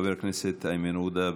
חבר הכנסת איימן עודה,